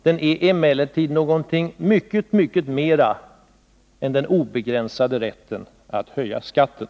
Den är emellertid något mycket mer än den obegränsade rätten att höja skatten.